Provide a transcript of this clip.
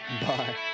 Bye